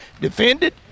defended